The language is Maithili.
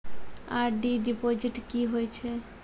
आर.डी डिपॉजिट की होय छै?